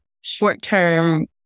short-term